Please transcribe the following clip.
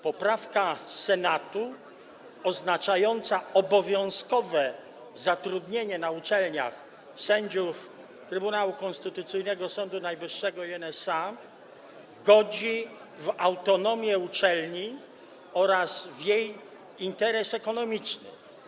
Poprawka Senatu oznaczająca obowiązkowe zatrudnienie na uczelniach sędziów Trybunału Konstytucyjnego, Sądu Najwyższego i NSA godzi w autonomię uczelni oraz w jej interes ekonomiczny.